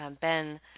Ben